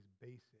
basic